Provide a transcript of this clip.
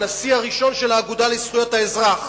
הנשיא הראשון של האגודה לזכויות האזרח,